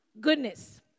Goodness